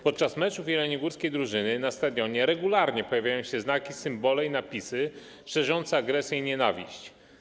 Podczas meczów jeleniogórskiej drużyny na stadionie regularnie pojawiają się znaki, symbole i napisy szerzące agresję i nienawiść.